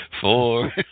four